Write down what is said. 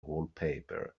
wallpaper